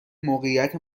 موقعیت